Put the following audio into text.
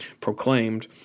proclaimed